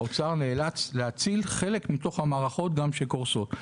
האוצר נאלץ להציל חלק מתוך המערכות שקורסות.